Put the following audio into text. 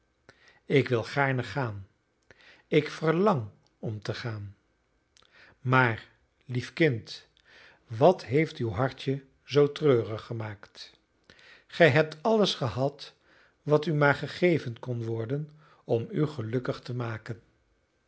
ik wil gaarne gaan ik verlang om te gaan maar lief kind wat heeft uw hartje zoo treurig gemaakt gij hebt alles gehad wat u maar gegeven kon worden om u gelukkig te maken